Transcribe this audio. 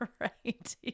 Right